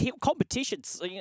competitions